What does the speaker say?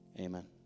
amen